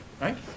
right